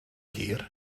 hir